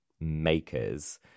makers